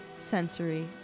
sensory